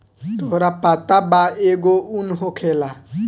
तोहरा पता बा एगो उन होखेला